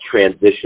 transition